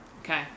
Okay